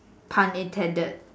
pun intended